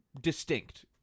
distinct